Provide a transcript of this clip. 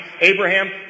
Abraham